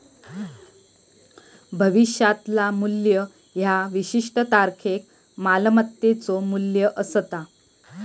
भविष्यातला मू्ल्य ह्या विशिष्ट तारखेक मालमत्तेचो मू्ल्य असता